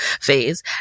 phase